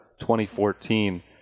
2014